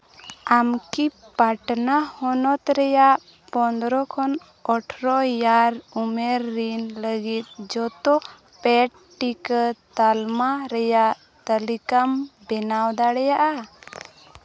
ᱟᱢ ᱠᱤ ᱯᱟᱴᱱᱟ ᱦᱚᱱᱚᱛ ᱨᱮᱭᱟᱜ ᱯᱚᱸᱫᱽᱨᱚ ᱠᱷᱚᱱ ᱚᱴᱷᱨᱚ ᱤᱭᱟᱨ ᱩᱢᱮᱹᱨ ᱨᱮᱱ ᱞᱟᱹᱜᱤᱫ ᱡᱚᱛᱚ ᱯᱮᱰ ᱴᱤᱠᱟᱹ ᱛᱟᱞᱢᱟ ᱨᱮᱭᱟᱜ ᱛᱟᱹᱞᱤᱠᱟᱢ ᱵᱮᱱᱟᱣ ᱫᱟᱲᱮᱭᱟᱜᱼᱟ